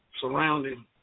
surrounding